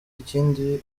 ikindi